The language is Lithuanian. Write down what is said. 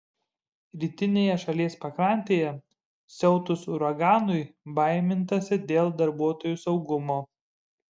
rytinėje šalies pakrantėje siautus uraganui baimintasi dėl darbuotojų saugumo